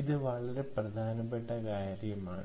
ഇത് വളരെ പ്രധാനപ്പെട്ട കാര്യമാണ്